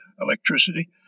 electricity